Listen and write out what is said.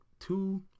Two